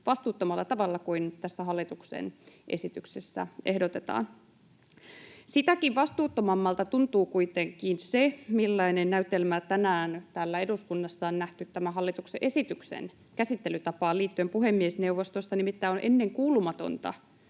vastuuttomalla tavalla kuin tässä hallituksen esityksessä ehdotetaan. Sitäkin vastuuttomammalta tuntuu kuitenkin se, millainen näytelmä tänään täällä eduskunnassa on nähty liittyen tämän hallituksen esityksen käsittelytapaan puhemiesneuvostossa. Nimittäin on ennenkuulumatonta,